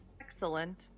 Excellent